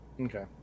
Okay